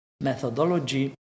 methodology